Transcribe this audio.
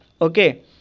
okay